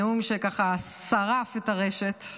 נאום שככה שרף את הרשת,